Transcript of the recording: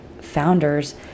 founders